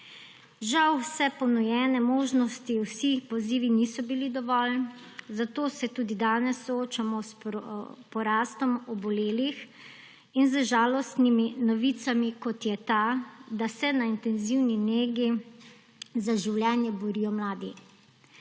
Žal vse ponujene možnosti, vsi pozivi niso bili dovolj, zato se tudi danes soočamo s porastom obolelih in z žalostnimi novicami, kot je ta, da se na intenzivni negi za življenje borijo mladi.